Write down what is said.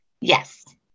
Yes